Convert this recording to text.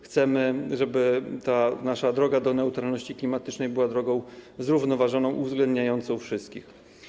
Chcemy, żeby nasza droga do neutralności klimatycznej była drogą zrównoważoną, uwzględniającą wszystkich.